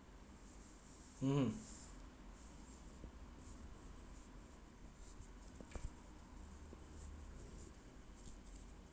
mm